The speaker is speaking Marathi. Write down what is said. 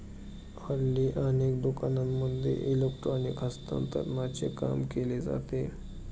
हल्ली अनेक दुकानांमध्ये इलेक्ट्रॉनिक हस्तांतरणाचे काम केले जाते